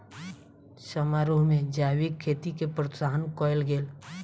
समारोह में जैविक खेती के प्रोत्साहित कयल गेल